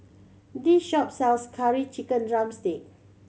this shop sells Curry Chicken drumstick